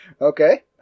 Okay